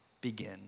begin